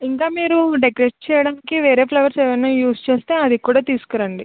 ఇంకా మీరు డెకరేట్ చేయడానికి వేరే ఫ్లవర్స్ ఏవైనా యూస్ చేస్తే అవి కూడా తీసుకురండి